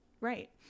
right